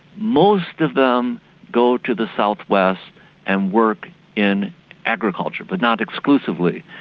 most of them go to the south-west and work in agriculture, but not exclusively,